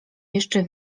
jeszcze